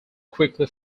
quickly